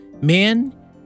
Men